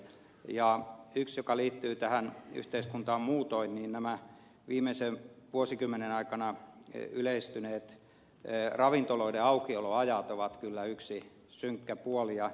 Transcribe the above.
yksi synkkä puoli joka liittyy tähän yhteiskuntaan muutoin on viimeisen vuosikymmenen aikana yleistyneet ravintoloiden aukioloajat ovat kyllä yksi synkkä puolia